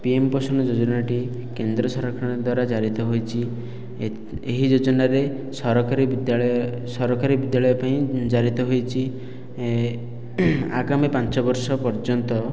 PM Poshan ଯୋଜନାଟି କେନ୍ଦ୍ର ସରକାରଙ୍କ ଦ୍ୱାରା ଜାରି ହୋଇଛି ଏହି ଯୋଜନାରେ ସରକାରୀ ବିଦ୍ୟାଳୟ ସରକାରୀ ବିଦ୍ୟାଳୟ ପାଇଁ ଜାରି ହୋଇଛି ଆଗାମୀ ପାଞ୍ଚ ବର୍ଷ ପର୍ଯ୍ୟନ୍ତ